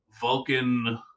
Vulcan